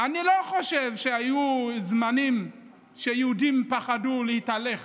אני לא חושב שהיו זמנים שיהודים פחדו להתהלך